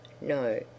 No